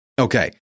Okay